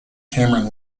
cameron